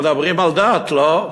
מדברים על דת, לא?